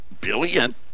billion